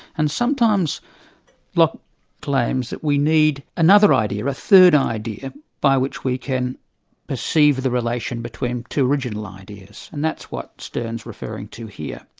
and sometimes locke claims that we need another idea, a third idea by which we can perceive the relation between two original ideas, and that's what sterne's referring to here.